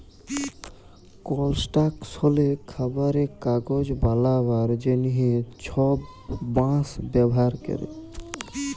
কলস্ট্রাকশলে, খাবারে, কাগজ বালাবার জ্যনহে ছব বাঁশ ব্যাভার ক্যরে